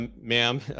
ma'am